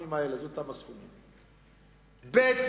בסכומים האלה, זה אותם סכומים, ב.